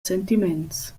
sentiments